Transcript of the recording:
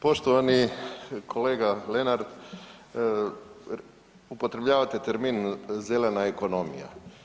Poštovani kolega Lenart, upotrebljavate termin „zelena ekonomija“